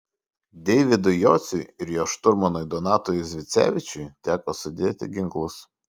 deividui jociui ir jo šturmanui donatui zvicevičiui teko sudėti ginklus